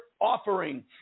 offering